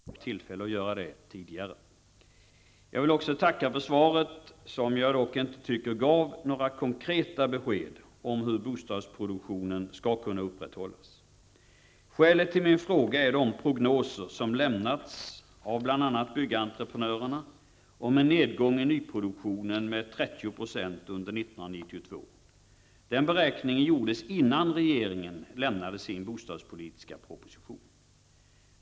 Fru talman! Låt mig först få gratulera Bo Lundgren till de nya arbetsuppgifterna. Jag har inte haft tillfälle att göra det tidigare. Jag vill också tacka för svaret, som jag dock inte tycker gav några konkreta besked om hur bostadsproduktionen skall kunna upprätthållas. Skälet till min fråga är de prognoser som lämnats av bl.a. byggentreprenörerna om en nedgång av nyproduktionen med 30 % under 1992. Den beräkningen gjordes innan regeringen lämnade sin bostadspolitiska proposition.